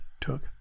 took